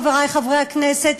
חברי חברי הכנסת,